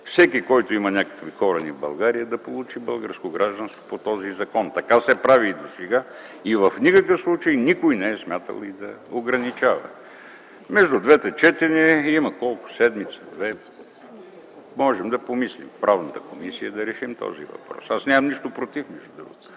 всеки, който има някакви корени в България, да получи българско гражданство по този закон. Така се прави и досега в никакъв случай никой не е смятал да ограничава. Между двете четения има седмица-две – можем да помислим в Правната комисия и да решим този въпрос. Аз нямам нищо против. Благодаря ви.